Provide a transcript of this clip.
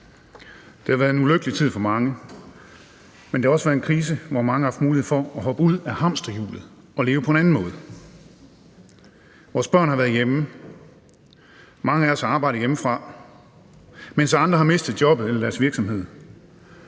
Det har været en ulykkelig tid for mange, men det har også været en krise, hvor mange har haft mulighed for at hoppe ud af hamsterhjulet og leve på en anden måde. Vores børn har været hjemme, mange af os har arbejdet hjemmefra, mens andre har mistet jobbet eller deres virksomhed.